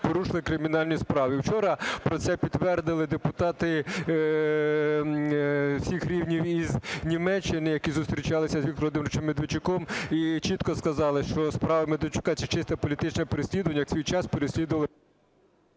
порушили кримінальні справи. І вчора про це підтвердили депутати всіх рівнів із Німеччини, які зустрічалися з Віктором Володимировичем Медведчуком, і чітко сказали, що справа Медведчука, це чисте політичне переслідування, як в свій час переслідували…